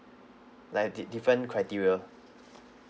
like a dif~ different criteria